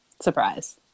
surprise